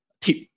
tip